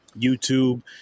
YouTube